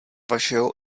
vašeho